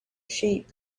sheep